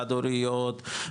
חד-הוריות,